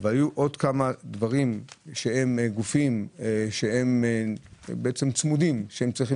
והיו עוד כמה גופים שצמודים וצריכים